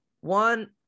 One